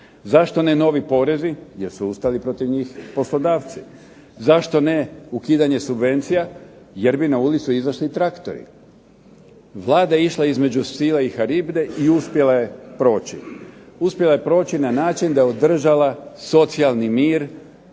Zašto ne novi porez, jer su ustali protiv njih poslodavci. Zašto ne ukidanje subvencija, jer bi na ulicu izašli traktori. Vlada je išla između sila i haribde i uspjela je proći. Uspjela je proći na način da održava socijalni mir